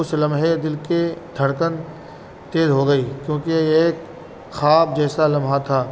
اس لمحہ دل کے دھڑکن تیز ہو گئی کیونکہ ایک خواب جیسا لمحہ تھا